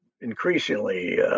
increasingly